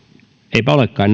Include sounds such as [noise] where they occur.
eivätpä olekaan [unintelligible]